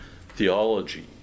theology